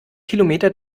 kilometer